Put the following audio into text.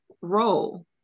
role